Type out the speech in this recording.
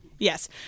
Yes